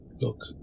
look